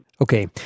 Okay